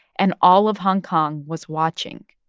and all of hong kong was watching,